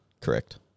Correct